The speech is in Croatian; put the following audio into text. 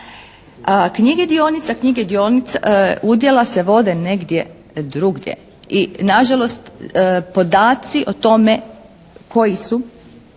knjige dionica, knjige udjela se vode negdje drugdje i na žalost podaci o tome koji su